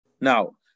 Now